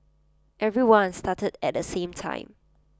everyone started at the same time